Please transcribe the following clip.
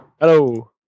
Hello